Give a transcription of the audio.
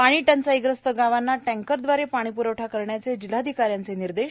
पानी टंचाईग्रस्त गावांना टँकरदवारे पाणी प्रवठा करण्याचे जिल्हाधिका यांनी निर्देश